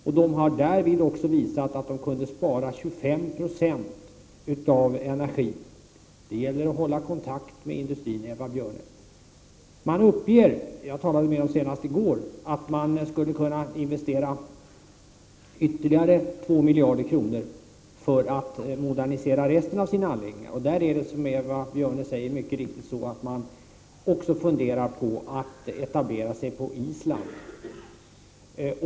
Därvid har man också visat att det gick att spara 25 90 av energin. Det gäller att hålla kontakt med industrin, Eva Björne! Jag talade med företaget senast i går, och då uppgav de där att de skulle kunna investera ytterligare två miljarder kronor för att modernisera resten av sina anläggningar. Med den frågan är det, som Eva Björne mycket riktigt säger, på det sättet att man också funderar på att etablera sig på Island.